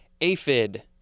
aphid